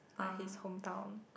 like his hometown